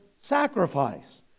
sacrifice